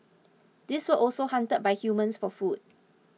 these were also hunted by humans for food